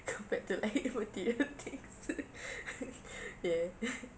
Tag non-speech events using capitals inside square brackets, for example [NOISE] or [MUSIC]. compared to any material things [LAUGHS] ya [LAUGHS]